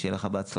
שיהיה לך בהצלחה.